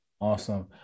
Awesome